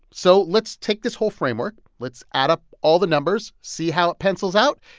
so let's take this whole framework, let's add up all the numbers, see how it pencils out.